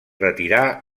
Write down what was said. retirà